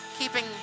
keeping